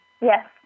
Yes